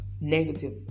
negative